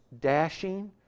dashing